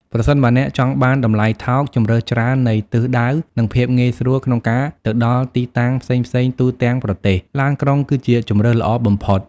ប្រសិនបើអ្នកចង់បាន តម្លៃថោក ជម្រើសច្រើននៃទិសដៅ និង ភាពងាយស្រួល ក្នុងការទៅដល់ទីតាំងផ្សេងៗទូទាំងប្រទេស ឡានក្រុង គឺជាជម្រើសល្អបំផុត។